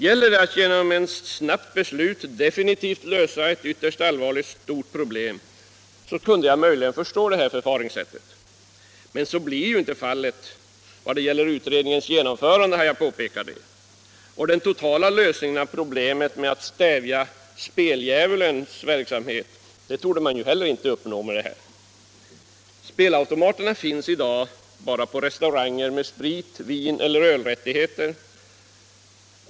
Gällde det att genom ett snabbt beslut definitivt lösa ett ytterst allvarligt problem skulle jag möjligen förstå att man tillgriper detta förfaringssätt. Men så blir ju inte fallet; utredningens genomförande påverkas, som jag påpekade, inte. Och den totala lösningen av problemet att stävja speldjävulens verksamhet torde man inte heller uppnå med reservationen. Spelautomater finns i dag endast på restauranger med sprit-, vineller ölrättigheter.